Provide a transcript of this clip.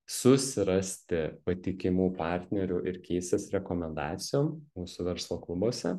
susirasti patikimų partnerių ir keistis rekomendacijom mūsų verslo klubuose